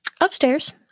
Upstairs